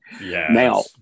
Now